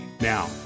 Now